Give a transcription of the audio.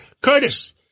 Curtis